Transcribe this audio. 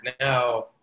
now